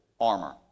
armor